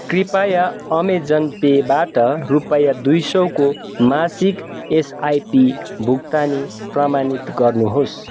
कृपया अमेजन पेबाट रुपियाँ दुई सौको मासिक एसआइपी भुक्तानी प्रमाणित गर्नुहोस्